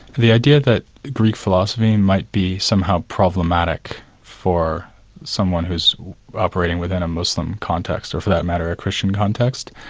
the idea that greek philosophy might be somehow problematic for someone who's operating within a muslim context, or for that matter a christian context,